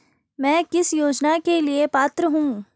मैं किस योजना के लिए पात्र हूँ?